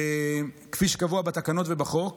כפי שקבוע בתקנות ובחוק,